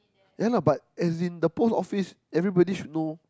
ya lah but as in the post office everybody should know